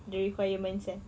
the requirements eh